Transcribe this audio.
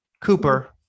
Cooper